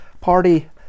party